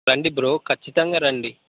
రండి బ్రో ఖచ్చితంగా రండి